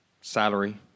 salary